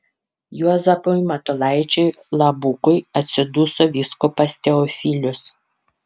juozapui matulaičiui labukui atsiduso vyskupas teofilius